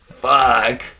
fuck